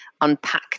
unpack